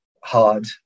hard